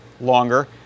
longer